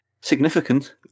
significant